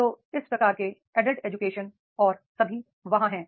तो इस प्रकार के एडल्ट एजुकेशन और सभी वहाँ हैं